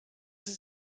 sie